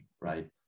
right